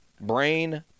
brain